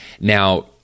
Now